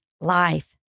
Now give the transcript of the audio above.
life